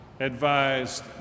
advised